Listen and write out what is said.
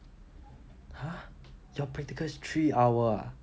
!huh! your practical is three hour long ah